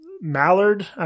mallard